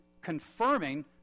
confirming